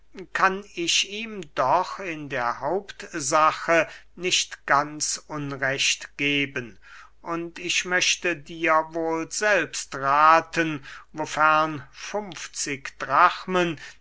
kann ich ihm doch in der hauptsache nicht ganz unrecht geben und ich möchte dir wohl selbst rathen wofern funfzig drachmen